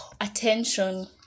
attention